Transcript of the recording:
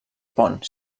pont